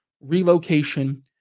relocation